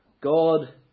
god